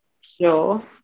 Sure